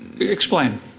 explain